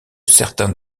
certains